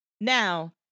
Now